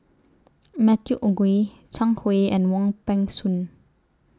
Matthew Ngui Zhang Hui and Wong Peng Soon